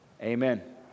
amen